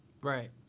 Right